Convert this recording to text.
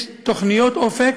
יש תוכניות "אופק",